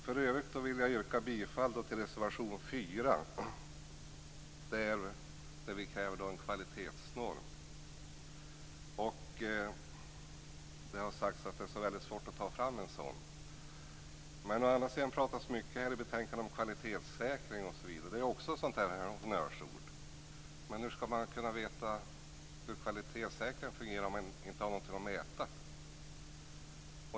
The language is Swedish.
För övrigt vill jag yrka bifall till reservation 4, där vi kräver en kvalitetsnorm. Det har sagts att det är så väldigt svårt att ta fram en sådan. Men å andra sidan talas det mycket i betänkandet om kvalitetssäkring osv. Det är också ett exempel på honnörsord, men hur skall man kunna veta hur kvalitetssäkringen fungerar om det inte finns någonting att mäta.